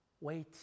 Wait